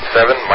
Seven